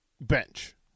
bench